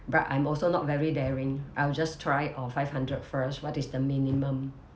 but I'm also not very daring I'll just try oh five hundred first what is the minimum